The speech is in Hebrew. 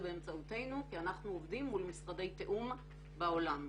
באמצעותנו כי אנחנו עובדים מול משרדי תיאום בעולם.